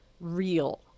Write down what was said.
real